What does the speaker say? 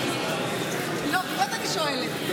באמת אני שואלת.